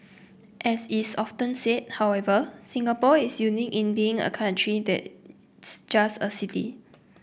as is often said however Singapore is unique in being a country that's just a city